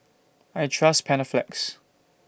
I Trust Panaflex